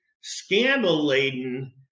scandal-laden